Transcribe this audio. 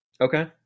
okay